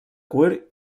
cuir